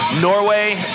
Norway